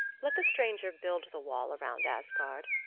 let the stranger build the wall round asgard,